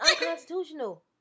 unconstitutional